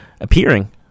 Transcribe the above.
appearing